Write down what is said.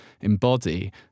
embody